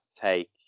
take